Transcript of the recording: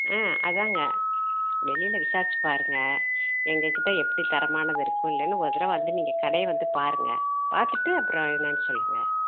ஆ அதுதாங்க வெளியில் விசாரித்துப் பாருங்கள் எங்கள் கிட்டே எப்படி தரமானது இருக்கும் இல்லைன்னு ஒரு தடவை வந்து நீங்கள் கடையை வந்துப் பாருங்கள் பார்த்துட்டு அப்புறம் என்னென்னு சொல்லுங்கள்